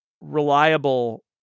reliable